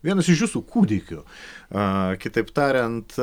vienas iš jūsų kūdikių a kitaip tariant